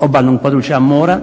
obalnog područja mora